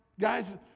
Guys